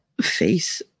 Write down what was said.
face